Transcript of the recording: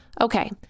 Okay